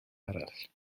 arall